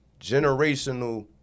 Generational